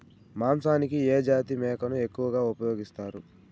మాంసానికి ఏ జాతి మేకను ఎక్కువగా ఉపయోగిస్తారు?